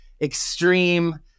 extreme